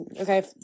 okay